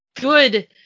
good